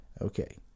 Okay